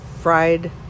fried